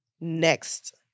next